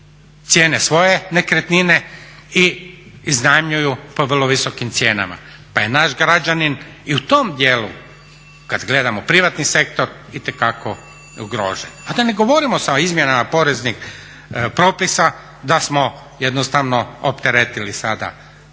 cijene svoje nekretnine i iznajmljuju po vrlo visokim cijenama pa je naš građanin i u tom dijelu, kada gledamo privatni sektor, itekako ugrožen. A da ne govorimo sa izmjenama poreznih propisa, da smo jednostavno opteretili sada i